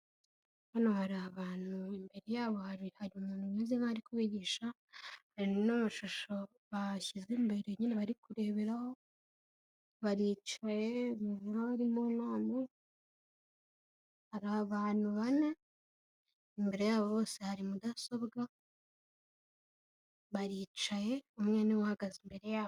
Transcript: Hano hari abantu imbere yabo hari umuntu umeze nkaho ari kubigisha hari n'amashusho bashyize imbere nyine bari kureberaho, baricaye nk'aho ari mu nama, hari abantu bane imbere yabo bose hari mudasobwa, baricaye umwe niwe uhagaze imbere yabo.